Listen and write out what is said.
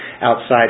Outside